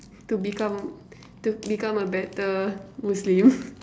to become to become a better Muslim